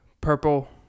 Purple